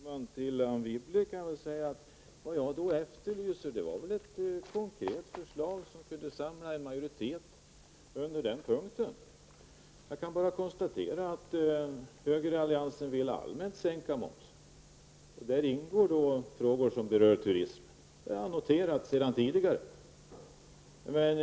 Herr talman! Till Anne Wibble vill jag säga att jag efterlyste ett konkret förslag som kan samla en majoritet på den ifrågavarande punkten. Jag kan bara konstatera att högeralliansen allmänt vill sänka momsen. Där ingår då frågor som berör turismen. Det har jag noterat redan tidigare.